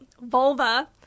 vulva